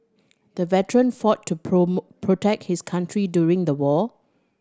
the veteran fought to protect his country during the war